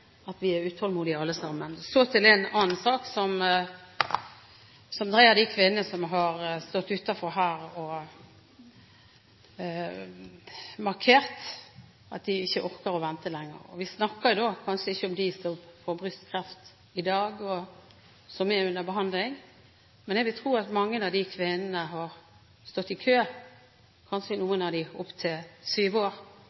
vi er utålmodige, alle sammen. Så til en annen sak: Det gjelder en del av de kvinnene som har stått utenfor her og markert at de ikke orker å vente lenger. Vi snakker kanskje ikke om dem som får brystkreft i dag, og som er under behandling. Men jeg vil tro at mange av de kvinnene har stått i kø – noen av dem kanskje